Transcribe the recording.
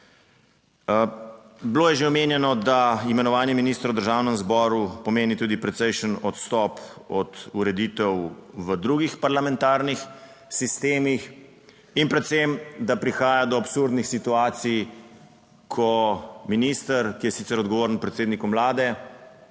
Bilo je že omenjeno, da imenovanje ministrov v Državnem zboru pomeni tudi precejšen odstop od ureditev v drugih parlamentarnih sistemih in predvsem, da prihaja do absurdnih situacij, ko minister, ki je sicer odgovoren predsedniku vlade,